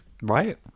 right